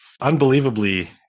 unbelievably